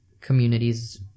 communities